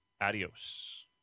Adios